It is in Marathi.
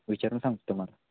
विचारून सांगतो तुम्हाला